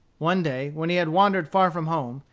one day, when he had wandered far from home,